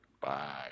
Bye